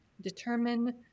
determine